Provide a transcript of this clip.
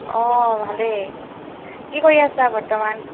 অ ভালেই কি কৰি আছা বৰ্তমান